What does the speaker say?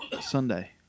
Sunday